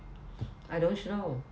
I don't know